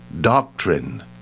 doctrine